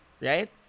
right